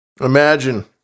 Imagine